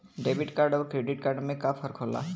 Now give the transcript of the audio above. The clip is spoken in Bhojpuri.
डेबिट कार्ड अउर क्रेडिट कार्ड में का फर्क होला?